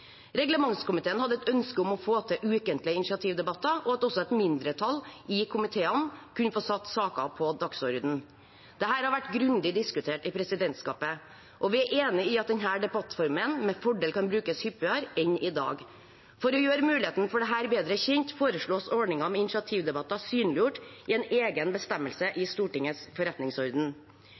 Reglementskomiteen hadde et ønske om å få til ukentlige initiativdebatter, og at også et mindretall i komiteene kunne få satt saker på dagsordenen. Dette har vært grundig diskutert i presidentskapet, og vi er enig i at denne debattformen med fordel kan brukes hyppigere enn i dag. For å gjøre muligheten til dette bedre kjent foreslås ordningen med initiativdebatter synliggjort i en egen bestemmelse i Stortingets forretningsorden.